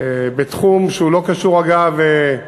בתחום שהוא לא קשור, אגב,